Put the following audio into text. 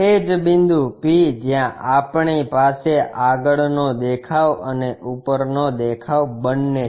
એ જ બિંદુ p જ્યાં આપણી પાસે આગળનો દેખાવ અને ઉપરનો દેખાવ બંને છે